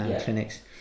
clinics